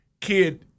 kid